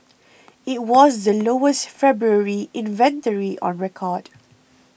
it was the lowest February inventory on record